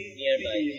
nearby